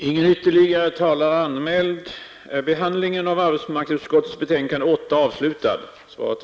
Herr talman!